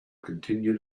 continue